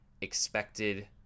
expected